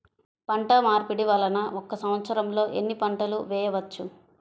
పంటమార్పిడి వలన ఒక్క సంవత్సరంలో ఎన్ని పంటలు వేయవచ్చు?